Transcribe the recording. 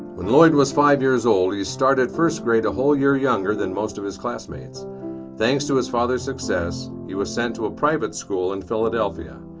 when lloyd was five years old he started first grade a whole year younger than most of his classmates thanks to his father's success, he was sent to a private school in philadelphia.